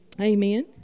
Amen